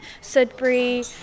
Sudbury